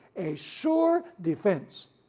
a sure defense.